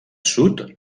sud